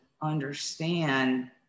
understand